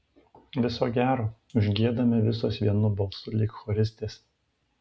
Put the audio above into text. viso gero užgiedame visos vienu balsu lyg choristės